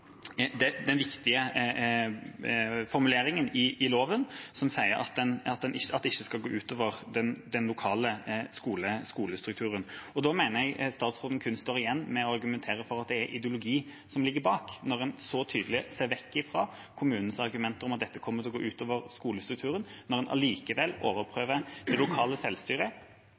den viktige formuleringen i loven som sier at det ikke skal gå ut over den lokale skolestrukturen. Da mener jeg statsråden kun står igjen med å argumentere for at det er ideologi som ligger bak – når man så tydelig ser bort fra kommunens argumenter om at dette kommer til å gå ut over skolestrukturen, og når man likevel overprøver det lokale selvstyret